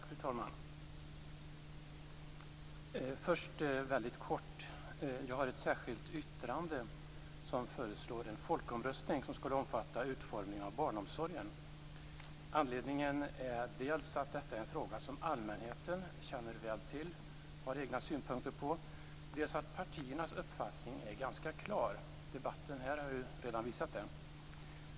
Fru talman! Först väldigt kort om ett särskilt yttrande som jag har och där jag föreslår en folkomröstning som skulle omfatta utformningen av barnomsorgen. Anledningen är dels att detta är en fråga som allmänheten väl känner till och har egna synpunkter på, dels att partiernas uppfattning är ganska klar. Debatten här har redan visat det.